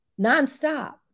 nonstop